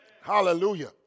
Hallelujah